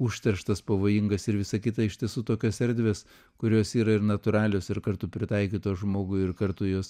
užterštas pavojingas ir visa kita iš tiesų tokios erdvės kurios yra ir natūralios ir kartu pritaikytos žmogui ir kartu jos